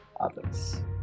others